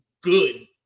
good